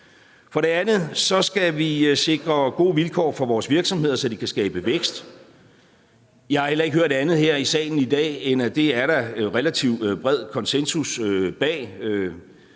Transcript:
For det andet skal vi sikre gode vilkår for vores virksomheder, så de kan skabe vækst. Jeg har heller ikke hørt andet her i salen i dag, end at det er der relativt bred konsensus bag.